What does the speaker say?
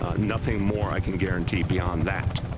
ah nothing more i can guarantee beyond that.